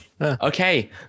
Okay